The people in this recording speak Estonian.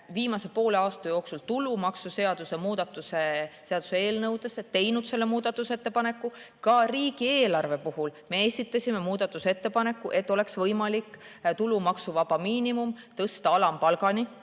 viimase poole aasta jooksul tulumaksuseaduse muutmise seaduse eelnõude kohta teinud selle muudatusettepaneku, ka riigieelarve puhul me esitasime muudatusettepaneku, et oleks võimalik tulumaksuvaba miinimum tõsta alampalgani.